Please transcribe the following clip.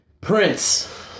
Prince